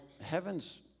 heaven's